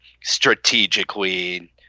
strategically